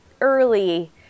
early